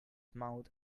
mouth